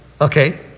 Okay